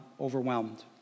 overwhelmed